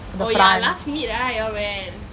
oh ya last minute right you all went